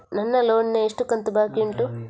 ನನ್ನ ಲೋನಿನ ಎಷ್ಟು ಕಂತು ಬಾಕಿ ಉಂಟು?